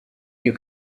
you